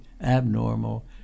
abnormal